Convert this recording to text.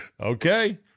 Okay